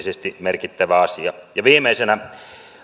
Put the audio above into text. erityisesti inhimillisesti merkittävä asia viimeisenä